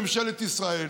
ממשלת ישראל,